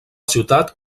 ciutat